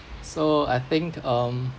so I think um